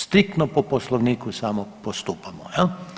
Striktno po Poslovniku samo postupalo, je li?